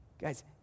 guys